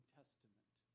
testament